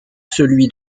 celui